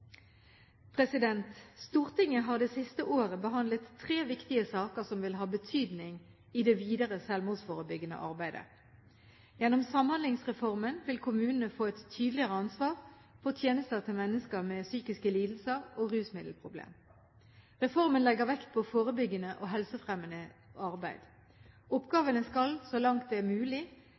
Stortinget har det siste året behandlet tre viktige saker som vil ha betydning i det videre selvmordsforebyggende arbeidet. Gjennom Samhandlingsreformen vil kommunene få et tydeligere ansvar for tjenester til mennesker med psykiske lidelser og rusmiddelproblemer. Reformen legger vekt på forebyggende og helsefremmende arbeid. Oppgavene skal, så langt det er mulig,